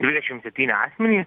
dvidešim septyni asmenys